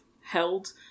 held